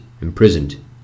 imprisoned